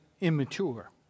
immature